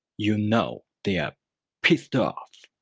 you know they're pissed off.